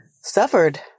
suffered